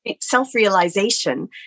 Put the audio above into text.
self-realization